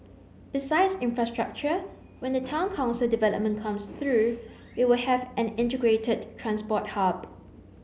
besides infrastructure when the Town Council development comes through we will have an integrated transport hub